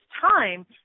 time